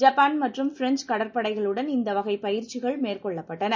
Japan மற்றும் French கடற்படைகளுடனும் இந்த வகைப் பயிற்சிகள் மேற்கொள்ளப்பட்டன